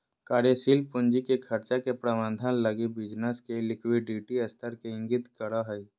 कार्यशील पूंजी के खर्चा के प्रबंधन लगी बिज़नेस के लिक्विडिटी स्तर के इंगित करो हइ